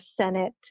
Senate